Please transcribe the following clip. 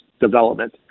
development